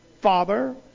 Father